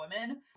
women